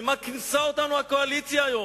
לשם מה כינסה אותנו הקואליציה היום?